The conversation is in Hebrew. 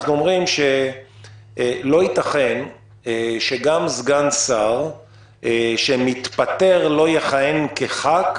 אנחנו אומרים שלא ייתכן שגם סגן שר שיתפטר לא יכהן כחבר כנסת,